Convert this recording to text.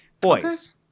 Boys